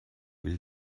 will